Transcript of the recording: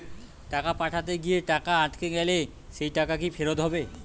টাকা পাঠাতে গিয়ে টাকা আটকে গেলে সেই টাকা কি ফেরত হবে?